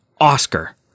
Oscar